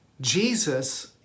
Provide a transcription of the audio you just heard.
Jesus